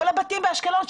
כל הבתים באשקלון,